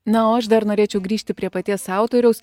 na o aš dar norėčiau grįžti prie paties autoriaus